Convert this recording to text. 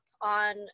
on